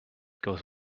goes